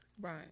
Right